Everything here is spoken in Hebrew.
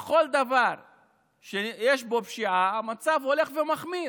בכל דבר שיש בו פשיעה המצב הולך ומחמיר,